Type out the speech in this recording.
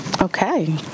Okay